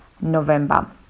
November